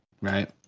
right